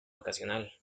ocasional